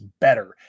better